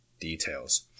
details